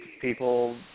people